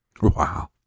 Wow